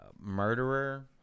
murderer